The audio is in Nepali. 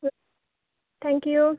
who thank you